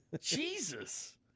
jesus